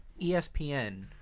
espn